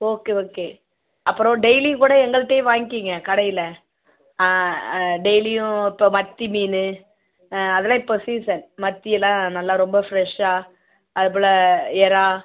okay okay அப்புறம் டெய்லியும் கூட எங்கள்ட்டயே வாங்கிக்கங்க கடையில் டெய்லியும் இப்போ மத்தி மீன் அதெல்லாம் இப்போ சீசன் மத்தி எல்லாம் நல்ல ரொம்ப ஃப்ரெஷ்ஷாக அது போல் எறால்